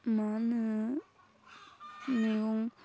मा होनो मेगं